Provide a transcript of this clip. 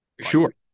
sure